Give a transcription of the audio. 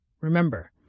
Remember